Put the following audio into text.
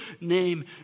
name